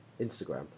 Instagram